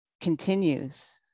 continues